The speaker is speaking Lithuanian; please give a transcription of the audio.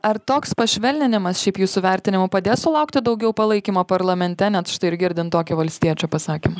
ar toks pašvelninimas šiaip jūsų vertinimu padės sulaukti daugiau palaikymo parlamente net štai ir girdint tokį valstiečio pasakymą